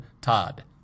Todd